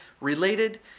related